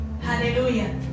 Hallelujah